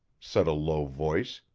said a low voice,